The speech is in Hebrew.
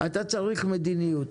אתה צריך מדיניות